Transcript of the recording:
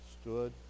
stood